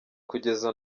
kugeza